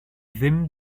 ddim